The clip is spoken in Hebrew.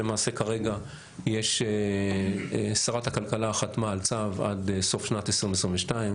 כרגע שרת הכלכלה חתמה על צו עד סוף שנת 2022,